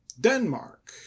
Denmark